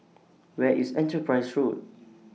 Where IS Enterprise Road